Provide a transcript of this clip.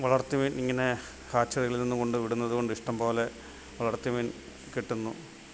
വളർത്തു മീൻ ഇങ്ങനെ കാച്ചകളിൽ നിന്ന് കൊണ്ട് വിടുന്നതു കൊണ്ട് ഇഷ്ടം പോലെ വളർത്തുമീൻ കിട്ടുന്നു